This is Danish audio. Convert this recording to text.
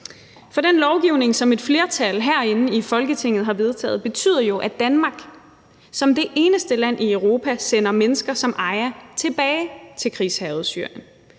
For den lovgivning, som et flertal herinde i Folketinget har vedtaget, betyder jo, at Danmark som det eneste land i Europa sender mennesker som Aja tilbage til det krigshærgede Syrien.